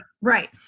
Right